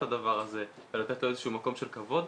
הדבר הזה ולתת לו איזה שהוא מקום של כבוד,